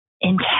intense